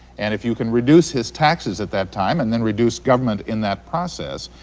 and if you can reduce his taxes at that time and then reduce government in that process,